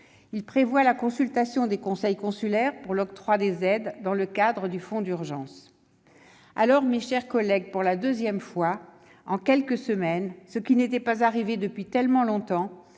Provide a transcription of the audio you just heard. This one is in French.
à prévoir la consultation des conseils consulaires pour l'octroi des aides dans le cadre du fonds d'urgence. Mes chers collègues, pour la deuxième fois en quelques semaines- ce qui n'était pas arrivé depuis si longtemps